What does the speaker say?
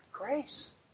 Grace